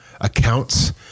accounts